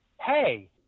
Hey